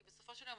כי בסופו של יום,